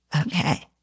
Okay